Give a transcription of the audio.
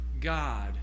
God